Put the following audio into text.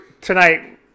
tonight